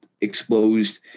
exposed